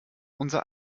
unser